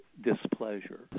displeasure